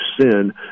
sin